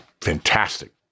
fantastic